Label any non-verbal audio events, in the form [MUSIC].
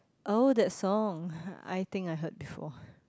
oh that song [LAUGHS] I think I heard before [BREATH]